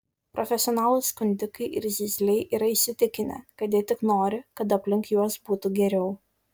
profesionalūs skundikai ir zyzliai yra įsitikinę kad jie tik nori kad aplink juos būtų geriau